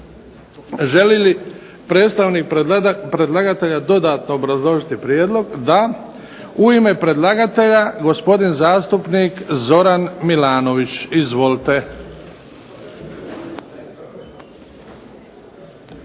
Želi li predstavnika predlagatelja dodatno obrazložiti prijedlog? Da. U ime predlagatelja gospodin zastupnik Zoran Milanović. Izvolite.